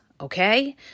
Okay